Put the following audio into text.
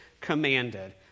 commanded